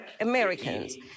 americans